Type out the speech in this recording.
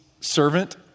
servant